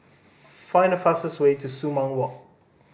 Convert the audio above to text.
find the fastest way to Sumang Walk